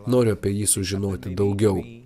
noriu apie jį sužinoti daugiau